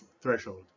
threshold